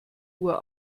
uhr